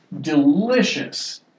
Delicious